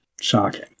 Shocking